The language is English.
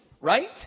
right